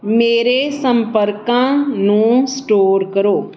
ਮੇਰੇ ਸੰਪਰਕਾਂ ਨੂੰ ਸਟੋਰ ਕਰੋ